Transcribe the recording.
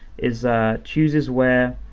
is chooses where,